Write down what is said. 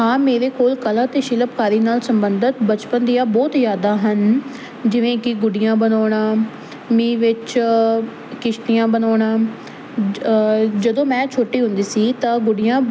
ਹਾਂ ਮੇਰੇ ਕੋਲ ਕਲਾ ਤੇ ਸ਼ਿਲਪਕਾਰੀ ਨਾਲ ਸੰਬੰਧਿਤ ਬਚਪਨ ਦੀਆਂ ਬਹੁਤ ਯਾਦਾਂ ਹਨ ਜਿਵੇਂ ਕਿ ਗੁੱਡੀਆਂ ਬਣਾਉਣਾ ਮੀਂਹ ਵਿੱਚ ਕਿਸ਼ਤੀਆਂ ਬਣਾਉਣਾ ਜਦੋਂ ਮੈਂ ਛੋਟੀ ਹੁੰਦੀ ਸੀ ਤਾਂ ਗੁੱਡੀਆ